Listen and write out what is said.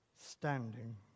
standing